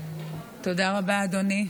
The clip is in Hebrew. תודה רבה, אדוני.